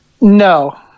No